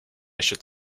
should